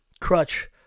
Crutch